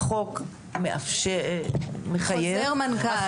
החוק מחייב חוזר מנכ"ל.